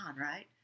right